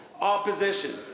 Opposition